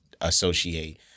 associate